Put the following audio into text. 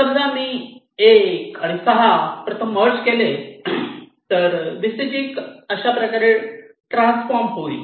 समजा मी 1 आणि 6 प्रथम मर्ज केले तर VCG अशाप्रकारे ट्रान्स्फॉर्म होईल